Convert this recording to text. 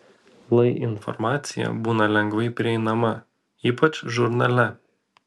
lai informacija būna lengvai prieinama ypač žurnale